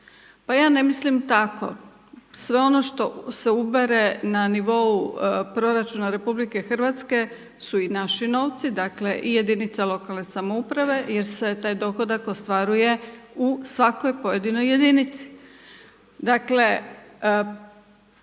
Pa ja ne mislim tako, sve ono što se ubere na nivou proračuna RH su i naši novci, dakle i jedinica lokalne samouprave jer se taj dohodak ostvaruje u svakoj pojedinoj jedinici. Dakle